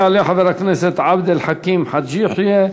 יעלה חבר הכנסת עבד אל חכים חאג' יחיא,